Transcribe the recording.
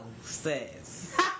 says